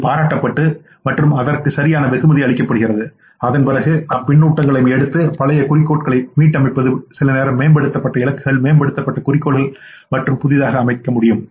இது பாராட்டப்பட்டு மற்றும் அதற்கு சரியான வெகுமதி அளிக்கப்படுகிறது அதன்பிறகு நாம் பின்னூட்டங்களையும் எடுத்து பழைய குறிக்கோள்களை மீட்டமைப்பது சில நேரம் மேம்படுத்தப்பட்ட இலக்குகள் மேம்பட்ட குறிக்கோள்கள் மற்றும் புதியதாக அமையும்